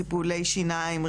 טיפולי שיניים,